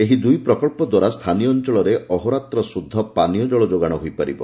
ଏହି ଦୁଇ ପ୍ରକଳ୍ପ ଦ୍ୱାରା ସ୍ଥାନୀୟ ଅଞ୍ଚଳରେ ଅହୋରାତ୍ର ଶୁଦ୍ଧ ପାନୀୟ ଜଳ ଯୋଗାଣ ହୋଇପାରିବ